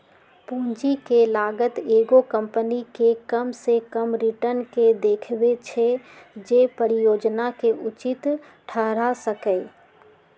पूंजी के लागत एगो कंपनी के कम से कम रिटर्न के देखबै छै जे परिजोजना के उचित ठहरा सकइ